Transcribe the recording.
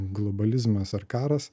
globalizmas ar karas